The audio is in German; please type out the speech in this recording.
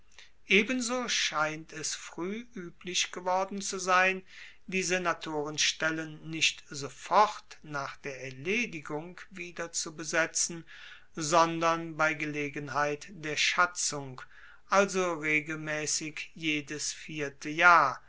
ebenso scheint es frueh ueblich geworden zu sein die senatorenstellen nicht sofort nach der erledigung wieder zu besetzen sondern bei gelegenheit der schatzung also regelmaessig jedes vierte jahr